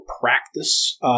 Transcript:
practice